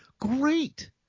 Great